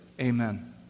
Amen